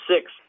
six